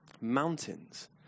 Mountains